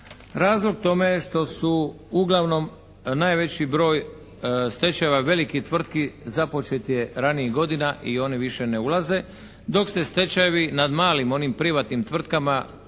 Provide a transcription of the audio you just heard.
Razlog tome je što su uglavnom najveći broj stečajeva velikih tvrtki započet je ranijih godina i oni više ne ulaze, dok se stečajevi nad malim onim privatnim tvrtkama kojih